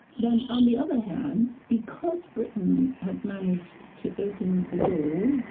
then on the other hand, because britain had managed to open the door,